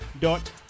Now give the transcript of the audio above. dot